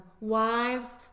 Wives